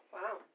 Wow